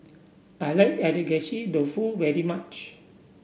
I like Agedashi Dofu very much